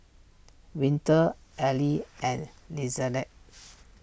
Winter Ally and Lizette